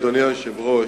אדוני היושב-ראש,